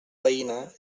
veïna